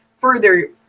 further